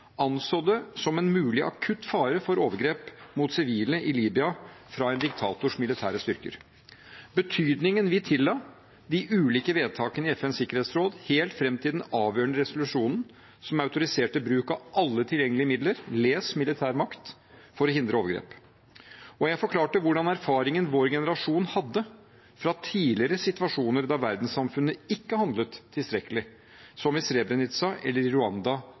anså at det var en mulig akutt fare for overgrep mot sivile i Libya fra en diktators militære styrker betydningen vi tilla de ulike vedtakene i FNs sikkerhetsråd helt fram til den avgjørende resolusjonen, som autoriserte bruk av alle tilgjengelige midler – les: militær makt for å hindre overgrep Og jeg forklarte erfaringen vår generasjon hadde fra tidligere situasjoner hvor verdenssamfunnet ikke handlet tilstrekkelig, som i Srebrenica og i